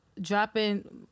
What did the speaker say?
dropping